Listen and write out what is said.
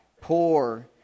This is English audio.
poor